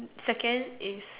second is